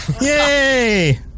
Yay